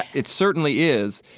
it certainly is.